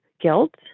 guilt